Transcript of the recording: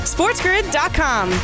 Sportsgrid.com